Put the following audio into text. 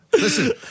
Listen